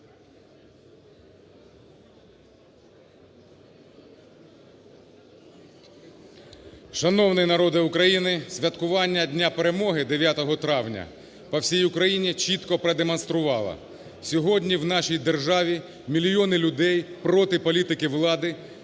Шановний народе України, святкування Дня Перемоги 9 травня по всій Україні чітко продемонструвало, сьогодні в нашій державі мільйони людей проти політики влади,